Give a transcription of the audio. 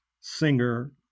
singer